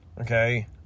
okay